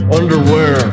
underwear